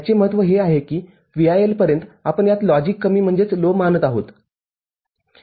याचे महत्त्व हे आहे की VIL पर्यंत आपण यात लॉजिक कमी मानत आहोत